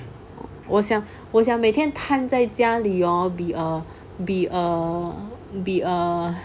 我想我想每天摊在家里 hor be a be a be a